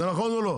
זה נכון או לא?